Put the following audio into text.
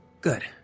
Good